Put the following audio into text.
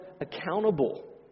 accountable